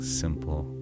simple